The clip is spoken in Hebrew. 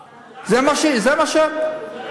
לא, זאת לא השאלה.